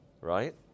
right